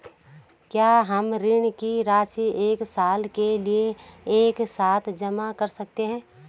क्या हम ऋण की राशि एक साल के लिए एक साथ जमा कर सकते हैं?